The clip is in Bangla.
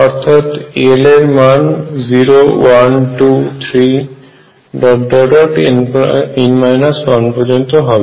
অর্থাৎ l এর মান 0 1 2 3 পর্যন্ত হবে